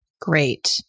Great